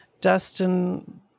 Dustin